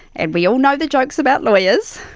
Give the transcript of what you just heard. and we all know the jokes about lawyers,